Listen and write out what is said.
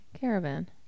caravan